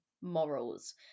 morals